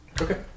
Okay